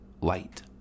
light